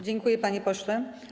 Dziękuję, panie pośle.